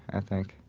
i think.